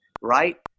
right